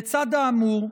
לצד האמור,